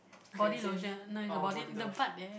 cleansing f~ oh body lotion